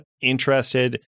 interested